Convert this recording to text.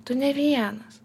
tu ne vienas